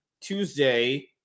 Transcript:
Tuesday